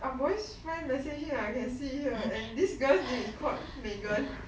ah boy's friend message me and I can see here and this girl's name is called megan